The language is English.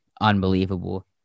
unbelievable